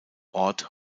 ort